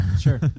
Sure